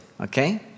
Okay